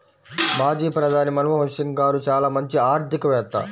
మాజీ ప్రధాని మన్మోహన్ సింగ్ గారు చాలా మంచి ఆర్థికవేత్త